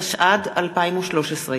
התשע"ד 2013,